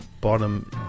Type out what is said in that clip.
Bottom